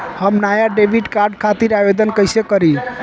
हम नया debit card खातिर आवेदन कईसे करी?